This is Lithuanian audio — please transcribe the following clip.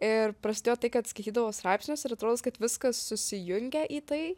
ir prasidėjo tai kad skaitydavau straipsnius ir atrodos kad viskas susijungia į tai